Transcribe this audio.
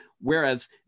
Whereas